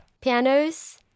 pianos